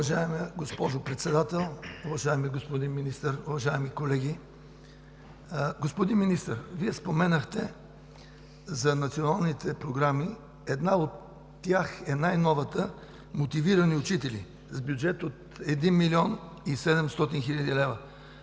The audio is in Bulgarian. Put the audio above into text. Уважаема госпожо Председател, уважаеми господин Министър, уважаеми колеги! Господин Министър, Вие споменахте за националните програми, една от тях е най-новата – „Мотивирани учители“, с бюджет от 1 млн. 700 хил. лв.